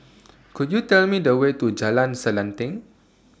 Could YOU Tell Me The Way to Jalan Selanting